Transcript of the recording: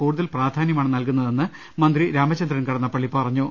കൂടുതൽ പ്രാധാന്യമാണ് നൽകുന്നതെന്ന് മന്ത്രി രാമചന്ദ്രൻ കടന്നപ്പളളി പറ ഞ്ഞു